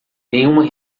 nenhuma